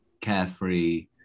carefree